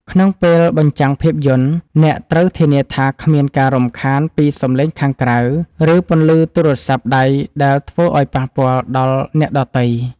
ក្នុងពេលបញ្ចាំងភាពយន្ត អ្នកត្រូវធានាថាគ្មានការរំខានពីសំឡេងខាងក្រៅ ឬពន្លឺទូរស័ព្ទដៃដែលធ្វើឱ្យប៉ះពាល់ដល់អ្នកដទៃ។